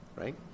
right